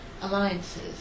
alliances